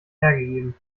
hergegeben